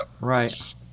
Right